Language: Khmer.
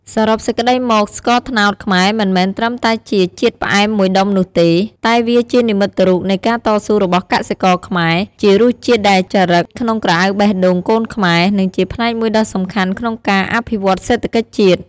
សរុបសេចក្តីមក ស្ករត្នោតខ្មែរមិនមែនត្រឹមតែជាជាតិផ្អែមមួយដុំនោះទេ តែវាជានិមិត្តរូបនៃការតស៊ូរបស់កសិករខ្មែរ ជារសជាតិដែលចារឹកក្នុងក្រអៅបេះដូងកូនខ្មែរ និងជាផ្នែកមួយដ៏សំខាន់ក្នុងការអភិវឌ្ឍន៍សេដ្ឋកិច្ចជាតិ។